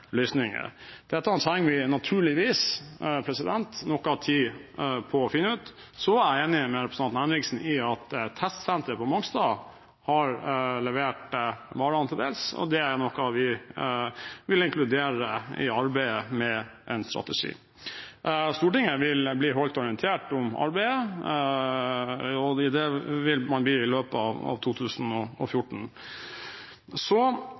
løsninger. Dette trenger vi naturligvis noe tid på å finne ut. Så er jeg enig med representanten Henriksen i at testsenteret på Mongstad til dels har levert varene, og det er noe vi vil inkludere i arbeidet med en strategi. Stortinget vil bli holdt orientert om arbeidet, og det vil man bli i løpet av 2014. Så